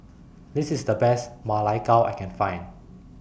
This IS The Best Ma Lai Gao that I Can Find